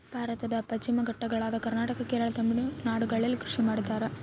ಭಾರತದ ಪಶ್ಚಿಮ ಘಟ್ಟಗಳಾದ ಕರ್ನಾಟಕ, ಕೇರಳ, ತಮಿಳುನಾಡುಗಳಲ್ಲಿ ಕೃಷಿ ಮಾಡ್ತಾರ?